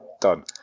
Done